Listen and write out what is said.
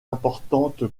importante